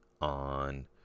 on